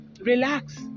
Relax